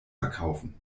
verkaufen